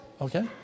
okay